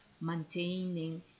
maintaining